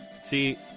See